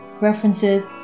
references